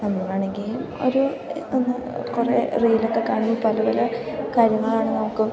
നമ്മളാണെങ്കിൽ ഒരു എന്താ കുറേ റീലൊക്കെ കാണുമ്പം പല പല കാര്യങ്ങളാണ് നമുക്കും